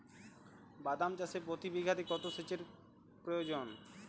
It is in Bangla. বাদাম চাষে প্রতি বিঘাতে কত সেচের প্রয়োজন?